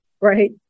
right